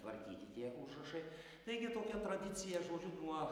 tvarkyti tie užrašai taigi tokia tradicija žodžiu nuo